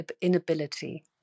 inability